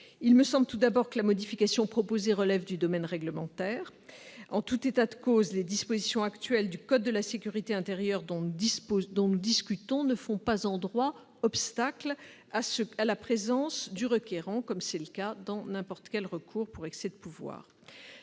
Il me semble que cette modification relève du domaine réglementaire. En tout état de cause, les dispositions actuelles du code de la sécurité intérieure dont nous discutons ne font pas, en droit, obstacle à la présence du requérant, comme c'est le cas pour n'importe quel recours pour excès de pouvoir.